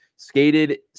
skated